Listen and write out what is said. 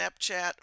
Snapchat